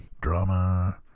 Drama